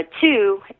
two